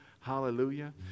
Hallelujah